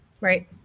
Right